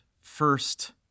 first